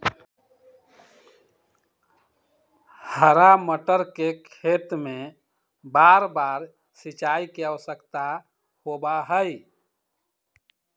हरा मटर के खेत में बारबार सिंचाई के आवश्यकता होबा हई